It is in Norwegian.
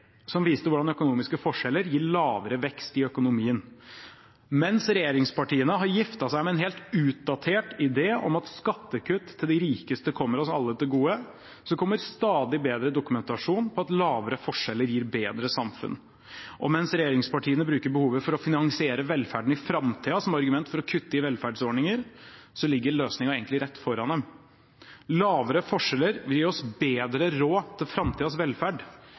som viste hvordan økonomiske forskjeller gir lavere vekst i økonomien. Mens regjeringspartiene har giftet seg med en helt utdatert idé om at skattekutt til de rikeste kommer oss alle til gode, kommer stadig bedre dokumentasjon på at mindre forskjeller gir bedre samfunn. Og mens regjeringspartiene bruker behovet for å finansiere velferden i framtiden som argument for å kutte i velferdsordninger, ligger løsningen egentlig rett foran dem: Mindre forskjeller vil gi oss bedre råd til framtidens velferd.